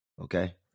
Okay